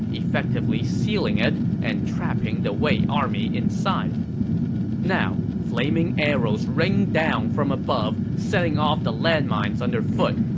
effectively sealing it and trapping the wei army inside now, flaming arrows rained down from above, setting off the landmines underfoot.